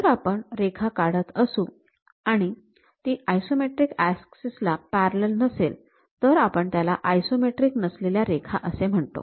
जर आपण रेखा काढत असू आणि ती आयसोमेट्रिक ऍक्सिस ला पॅरलल नसेल तर आपण त्यास आयसोमेट्रिक नसलेल्या रेखा असे म्हणतो